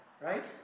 right